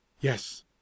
Yes